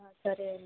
సరే అండి